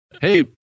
Hey